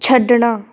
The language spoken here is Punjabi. ਛੱਡਣਾ